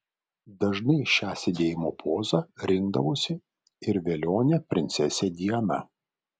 dažnai šią sėdėjimo pozą rinkdavosi ir velionė princesė diana